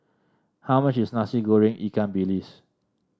how much is Nasi Goreng Ikan Bilis